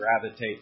gravitate